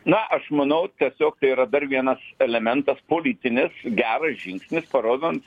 na aš manau tiesiog tai yra dar vienas elementas politinis geras žingsnis parodant